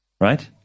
right